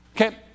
Okay